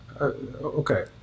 Okay